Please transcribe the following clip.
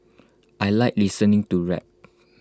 I Like listening to rap